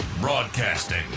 Broadcasting